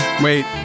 Wait